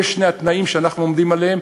אלה שני התנאים שאנחנו עומדים עליהם.